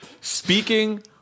speaking